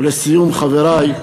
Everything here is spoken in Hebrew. חברים,